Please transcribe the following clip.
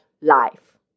life